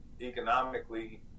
economically